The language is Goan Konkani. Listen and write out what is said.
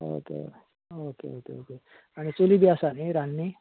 ओके ओके ओके ओके आनी चुली बी आसा न्ही रान्नी